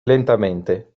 lentamente